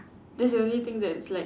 that's the only thing that's like